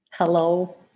Hello